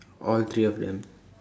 all three of them